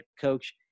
coach